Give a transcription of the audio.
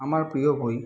আমার প্রিয় বই